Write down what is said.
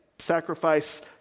sacrifice